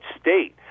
state